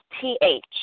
T-H